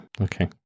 okay